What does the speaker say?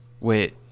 Wait